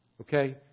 Okay